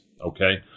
okay